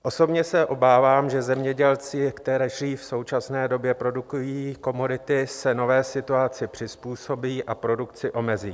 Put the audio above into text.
Osobně se obávám, že zemědělci, kteří v současné době produkují komodity, se nové situaci přizpůsobí a produkci omezí.